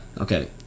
okay